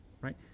right